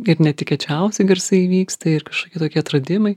kaip netikėčiausi garsai įvyksta ir kažkokie tokie atradimai